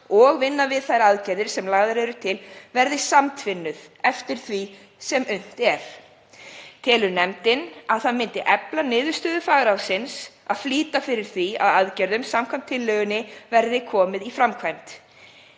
og vinna við þær aðgerðir sem lagðar eru til verði samtvinnuð eftir því sem unnt er. Telur nefndin að það myndi efla niðurstöður fagráðsins og flýta fyrir því að aðgerðum samkvæmt tillögunni verði komið í framkvæmd.